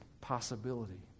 possibility